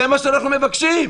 זה מה שאנחנו מבקשים,